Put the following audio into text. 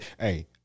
Hey